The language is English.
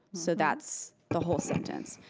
so that's the whole sentence.